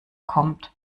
kommt